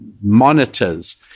monitors